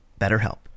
BetterHelp